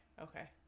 Okay